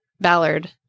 ballard